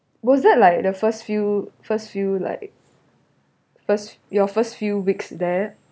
was that like the first few first few like first your first few weeks there